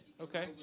Okay